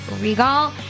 Regal